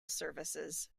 services